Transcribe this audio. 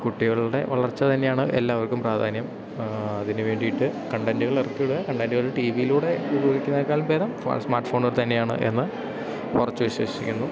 കുട്ടികളുടെ വളർച്ച തന്നെയാണ് എല്ലാവർക്കും പ്രാധാന്യം അതിനു വേണ്ടിയിട്ട് കണ്ടൻ്റുകളിറക്കി വിടുക കണ്ടൻ്റുകൾ ടീ വിയിലൂടെ ഉപയോഗിക്കുന്നതിനേക്കാളും ഭേദം സ്മാർട്ട് ഫോണുകളിൽത്തന്നെയാണ് എന്ന് ഉറച്ചു വിശ്വസിക്കുന്നു